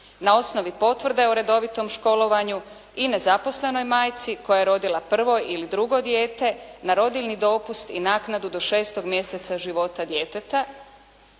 na osnovi potvrde o redovitom školovanju i nezaposlenoj majci koja je rodila prvo ili drugo dijete, na rodiljni dopust i naknadu do šestog mjeseca života djeteta,